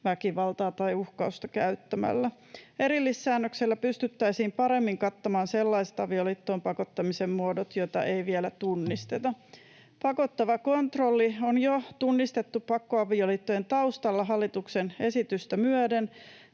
väkivaltaa tai uhkausta käyttämällä. Erillissäännöksellä pystyttäisiin paremmin kattamaan sellaiset avioliittoon pakottamisen muodot, joita ei vielä tunnisteta. Pakottava kontrolli on jo tunnistettu pakkoavioliittojen taustalla hallituksen esitystä myöden,